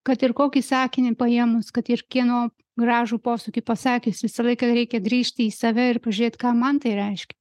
kad ir kokį sakinį paėmus kad ir kieno gražų posakį pasakius visą laiką reikia grįžti į save ir pažiūrėt ką man tai reiškia